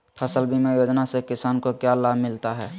फसल बीमा योजना से किसान को क्या लाभ मिलता है?